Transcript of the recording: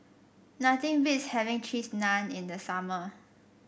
nothing beats having Cheese Naan in the summer